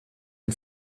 ein